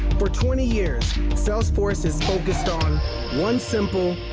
for twenty years salesforce has focused on one simple,